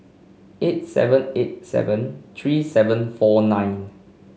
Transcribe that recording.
eight seven eight seven three seven four nine